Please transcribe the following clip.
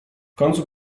końcu